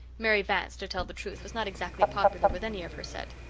mary vance, to tell the truth, was not exactly popular with any of her set.